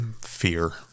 fear